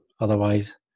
otherwise